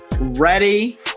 Ready